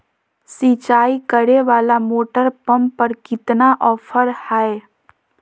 सिंचाई करे वाला मोटर पंप पर कितना ऑफर हाय?